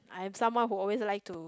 I'm someone who always like to